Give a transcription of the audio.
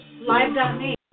Live.me